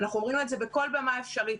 אנחנו אומרים את זה בכל במה אפשרית,